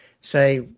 say